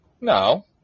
No